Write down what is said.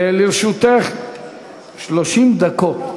לרשותך 30 דקות.